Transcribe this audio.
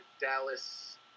Dallas